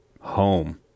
home